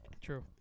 True